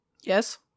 yes